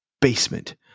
basement